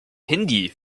hindi